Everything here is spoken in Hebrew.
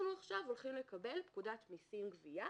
אנחנו עכשיו הולכים לקבל פקודת מסים (גבייה)